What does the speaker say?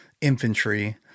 infantry